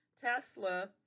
Tesla